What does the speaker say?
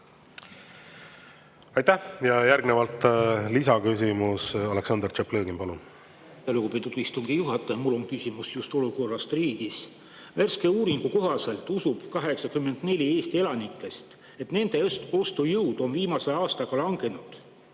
Aitäh! Järgnevalt lisaküsimus, Aleksandr Tšaplõgin, palun! Lugupeetud istungi juhataja! Mul on küsimus just olukorra kohta riigis. Värske uuringu kohaselt usub 84[%] Eesti elanikest, et nende ostujõud on viimase aastaga langenud.